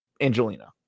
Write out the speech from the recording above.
angelina